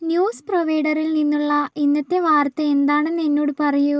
news പ്രൊവൈഡറിൽ നിന്നുള്ള ഇന്നത്തെ വാർത്ത എന്താണെന്ന് എന്നോട് പറയൂ